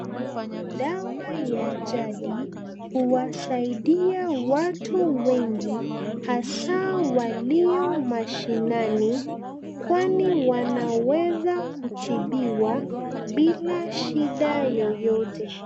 Dawa ya jadi huwasaidia watu wengi hasa walio mashinani kwani wanaweza kutibiwa bila shida yoyote.